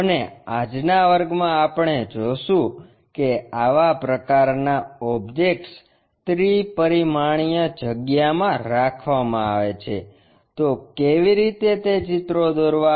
અને આજના વર્ગમાં આપણે જોશું કે આવા પ્રકારના ઓબ્જેક્ટ્સ ત્રિ પરિમાણીય જગ્યામાં રાખવામાં આવે છે તો કેવી રીતે તે ચિત્રો દોરવા